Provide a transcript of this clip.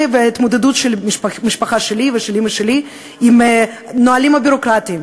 וההתמודדות של המשפחה שלי ושל אימא שלי עם נהלים ביורוקרטיים,